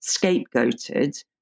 scapegoated